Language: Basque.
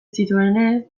zituenez